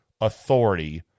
authority